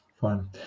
fine